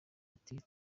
ati